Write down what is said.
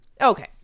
okay